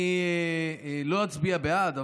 אני לא אצביע בעד,